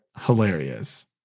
hilarious